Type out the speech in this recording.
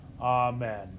Amen